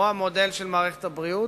או המודל של מערכת הבריאות,